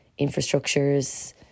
infrastructures